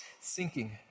sinking